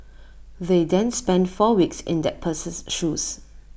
they then spend four weeks in that person's shoes